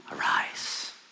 arise